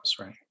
right